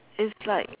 it's like